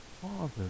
father